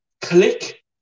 Click